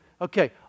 Okay